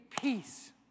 peace